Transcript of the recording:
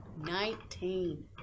Nineteen